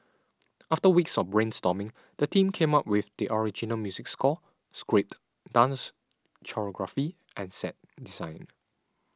after weeks of brainstorming the team came up with the original music score script dance choreography and set design